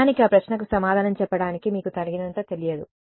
నిజానికి ఆ ప్రశ్నకు సమాధానం చెప్పడానికి మీకు తగినంత తెలియదు